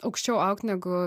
aukščiau augt negu